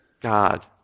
God